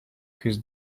his